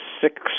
six